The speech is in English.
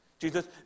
Jesus